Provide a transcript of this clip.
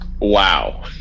Wow